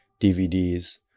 DVDs